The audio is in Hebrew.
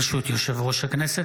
ברשות יושב-ראש הכנסת,